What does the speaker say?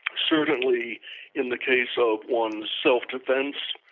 certainly in the case of ones self defense,